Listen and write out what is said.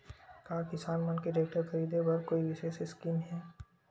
का किसान मन के टेक्टर ख़रीदे बर कोई विशेष स्कीम हे?